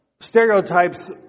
stereotypes